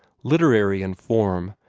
literary in form,